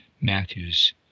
Matthew's